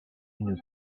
une